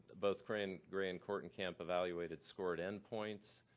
both gray and gray and kortenkamp evaluated scored endpoints.